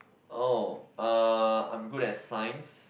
oh uh I'm good at science